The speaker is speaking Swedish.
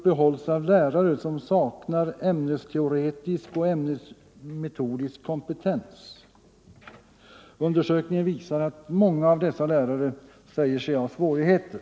religionskunav lärare som saknar ämnesteoretisk och ämnesmetodisk kompetens. Un — skapsämnets dersökningen visar att många av dessa lärare säger sig ha svårigheter.